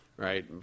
right